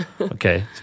Okay